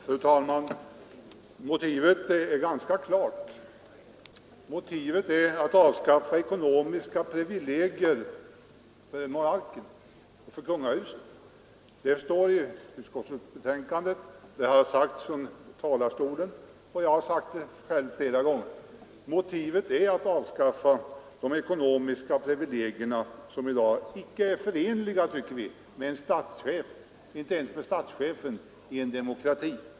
Fru talman! Motivet är ganska klart — motivet är att avskaffa ekonomiska privilegier för monarken och för kungahuset. Det står i utskottsbetänkandet, och det har sagts i kammaren, bl.a. av mig själv flera gånger. Motivet är att avskaffa de ekonomiska privilegierna som i dag icke är förenliga, tycker vi, ens med statschefen i en demokrati.